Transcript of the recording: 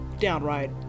downright